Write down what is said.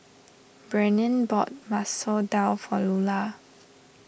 Brennen bought Masoor Dal for Lular